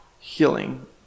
healing